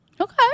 Okay